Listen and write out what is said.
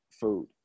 food